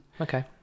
Okay